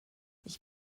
ich